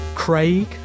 Craig